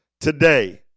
today